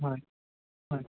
হয় হয়